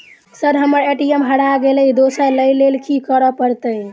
Sir हम्मर ATM हरा गइलए दोसर लईलैल की करऽ परतै?